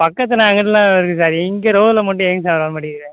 பக்கத்தில் அங்குட்டுல்லாம் இருக்குது சார் எங்கள் ரோவில் மட்டும் ஏன்ங்க சார் வரமாட்டிங்குது